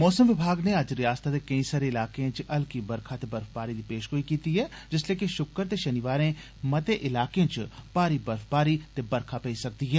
मौसम विभाग नै अज्ज रियासतै दे केंई सारे इलाकें च हल्की बरखा ते बर्फबारी दी पेषगोई कीती ऐ जिसलै कि षुक्र ते षनिवारें मते इलाकें च भारी बर्फबारी ते बरखा पेई सकदी ऐ